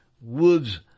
Woods